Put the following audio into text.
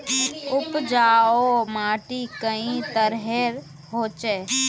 उपजाऊ माटी कई तरहेर होचए?